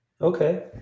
okay